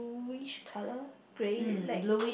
which colour grey like